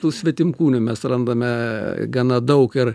tų svetimkūnių mes randame gana daug ir